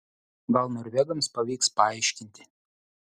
gal norvegams pavyks paaiškinti